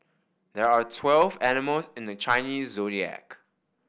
there are twelve animals in the Chinese Zodiac